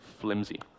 flimsy